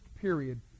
period